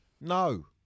no